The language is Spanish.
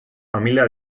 familia